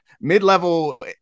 mid-level